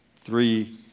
Three